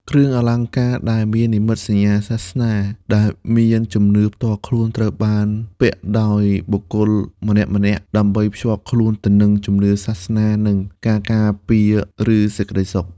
គ្រឿងអលង្ការដែលមាននិមិត្តសញ្ញាសាសនា ដែលមានជំនឿផ្ទាល់ខ្លួនត្រូវបានពាក់ដោយបុគ្គលម្នាក់ៗ ដើម្បីភ្ជាប់ខ្លួនទៅនឹងជំនឿសាសនា និងការការពារ ឬសេចក្តីសុខ។